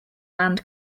land